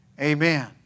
Amen